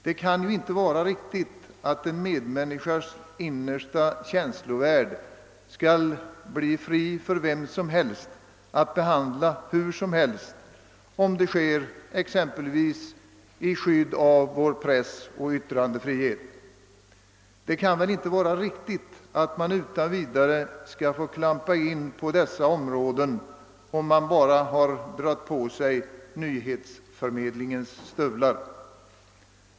Det kan inte vara riktigt att en människas innersta känslovärld skall få behandlas hur som helst av vem som helst, om det sker exempelvis i skydd av vår pressoch yttrandefrihet. Det kan inte vara rätt att man utan vidare skall få klampa in på dessa områden bara man dragit på sig nyhetsförmedlingens stövlar.